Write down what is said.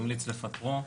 המליץ לפטרו,